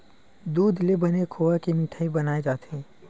दूद ले बने खोवा के मिठई बनाए जाथे